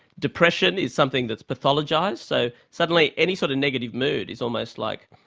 depression is something that's pathologised, so suddenly any sort of negative mood is almost like,